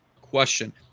question